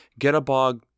Getabog